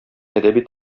әдәби